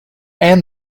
and